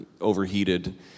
overheated